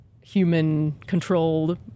human-controlled